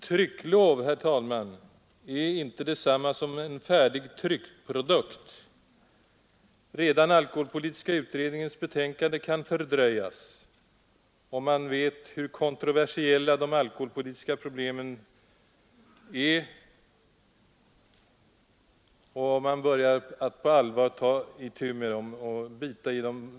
Trycklov, herr talman, är inte detsamma som en färdigtryckt produkt. Redan alkoholpolitiska utredningens betänkande kan fördröjas — det inser var och en som vet hur kontroversiella de alkoholpolitiska problemen är, då man på allvar börjar ta itu med att försöka lösa dem.